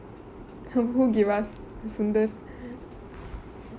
who give us sundar